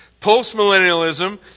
post-millennialism